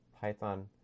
Python